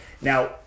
Now